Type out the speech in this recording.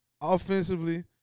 offensively